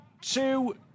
two